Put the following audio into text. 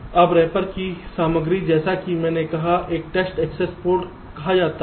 अब रैपर की सामग्री जैसा कि मैंने कहा एक टेस्ट एक्सेस पोर्ट कहा जाता है